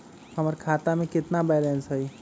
हमर खाता में केतना बैलेंस हई?